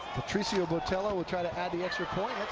patricio botello will try to add the extra point,